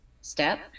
step